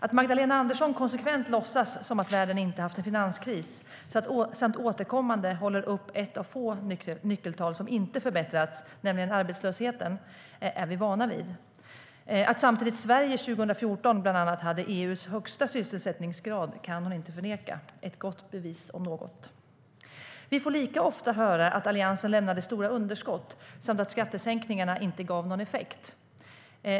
Att Magdalena Andersson konsekvent låtsas som att världen inte har haft en finanskris samt återkommande håller upp ett av få nyckeltal som inte förbättrats, nämligen arbetslösheten, är vi vana vid. Att Sverige 2014 bland annat hade EU:s högsta sysselsättningsgrad kan hon inte förneka. Det är ett gott bevis om något. Vi får lika ofta höra att Alliansen lämnade stora underskott samt att skattesänkningarna inte gav någon effekt.